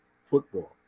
football